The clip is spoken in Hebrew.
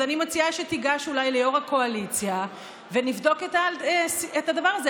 אז אני מציעה שתיגש אולי ליו"ר הקואליציה ונבדוק את הדבר הזה.